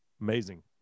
amazing